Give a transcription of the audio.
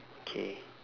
okay